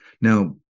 now